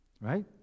right